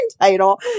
title